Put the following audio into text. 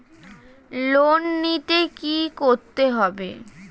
Loan নিতে কী করতে হবে?